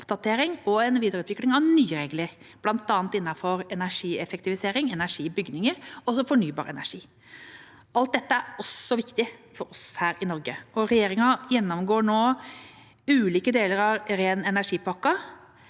og videreutvikling av nye regler – bl.a. innenfor energieffektivisering, energi i bygninger og fornybar energi. Alt dette er også viktig for oss i Norge. Regjeringa gjennomgår nå de ulike delene av Ren energi-pakken.